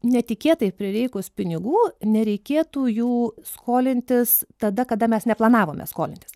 netikėtai prireikus pinigų nereikėtų jų skolintis tada kada mes neplanavome skolintis